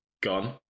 gone